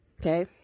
Okay